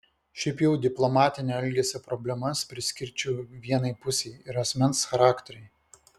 šiaip jau diplomatinio elgesio problemas priskirčiau vienai pusei ir asmens charakteriui